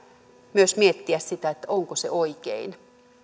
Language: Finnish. myös miettiä sitä onko se oikein